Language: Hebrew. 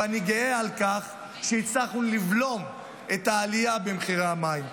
ואני גאה על כך שהצלחנו לבלום את העלייה במחירי המים.